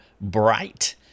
bright